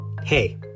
Hey